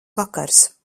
vakars